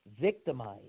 victimized